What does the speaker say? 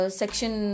section